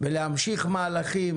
ולהמשיך מהלכים.